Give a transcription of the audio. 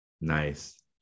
nice